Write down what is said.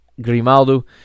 Grimaldo